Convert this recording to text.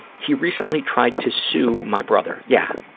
he recently tried to sue my brother, yeah,